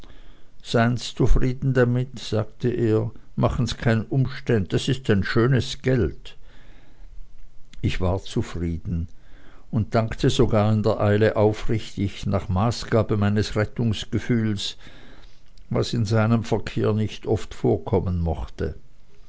sein's zufrieden damit sagte er machen's kein umständ das ist ein schönes geld ich war zufrieden und dankte sogar in der eile aufrichtig nach maßgabe meines rettungsgefühles was in seinem verkehre nicht oft vorkommen mochte